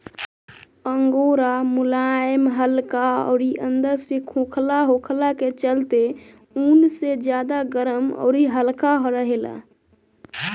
angora मुलायम हल्का अउरी अंदर से खोखला होखला के चलते ऊन से ज्यादा गरम अउरी हल्का रहेला